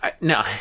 No